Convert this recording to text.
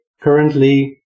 currently